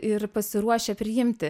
ir pasiruošę priimti